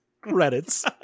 Credits